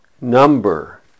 number